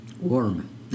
warm